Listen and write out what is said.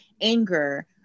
anger